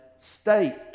state